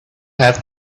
have